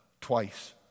Twice